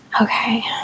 okay